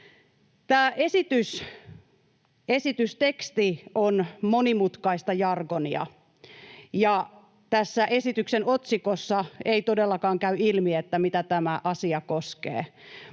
esitysteksti on monimutkaista jargonia, ja tässä esityksen otsikossa ei todellakaan käy ilmi, mitä tämä asia koskee,